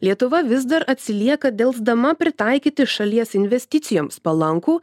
lietuva vis dar atsilieka delsdama pritaikyti šalies investicijoms palankų